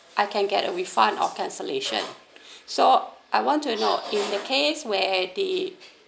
I can get a refund or cancellation so I want to know in the case where the